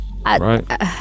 Right